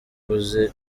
ubuze